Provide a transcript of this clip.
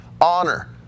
honor